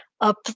up